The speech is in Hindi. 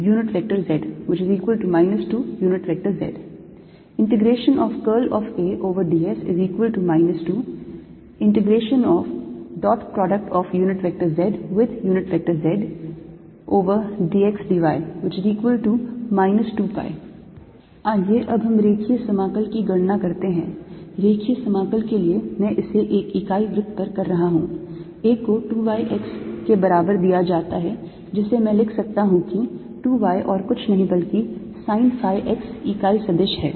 Ax y z ∂x ∂y ∂z 2y 0 0 00 2z 2z Ads 2zzdxdy 2π आइए अब हम रेखीय समाकल की गणना करते हैं रेखीय समाकल के लिए मैं इसे एक इकाई वृत्त पर कर रहा हूं A को 2 y x के बराबर दिया जाता है जिसे मैं लिख सकता हूं कि 2 y और कुछ नहीं बल्कि sine phi x इकाई सदिश है